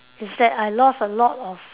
is that I lost a lot of